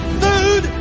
food